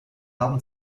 haben